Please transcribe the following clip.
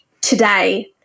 today